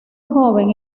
joven